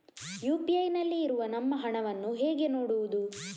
UPI ನಲ್ಲಿ ಇರುವ ನಮ್ಮ ಹಣವನ್ನು ಹೇಗೆ ನೋಡುವುದು?